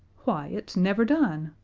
why, it's never done.